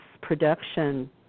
production